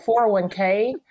401k